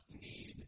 need